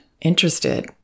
interested